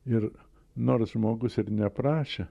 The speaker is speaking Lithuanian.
ir nors žmogus ir neprašė